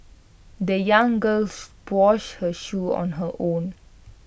the young girl washed her shoes on her own